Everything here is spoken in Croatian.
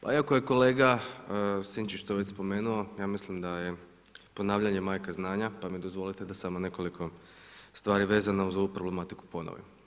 Pa iako je kolega Sinčić to već spomenuo, ja mislim da je ponavljanje majka znanja pa mi dozvolite da samo nekoliko stvari vezano uz ovu problematiku ponovim.